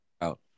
out